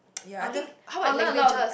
ya I think how about languages